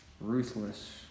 ruthless